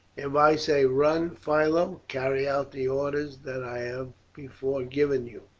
if i say run, philo carry out the orders that i have before given you.